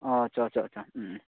ꯑꯥ ꯆꯣ ꯆꯣ ꯆꯣ ꯎꯝ